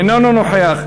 איננו נוכח.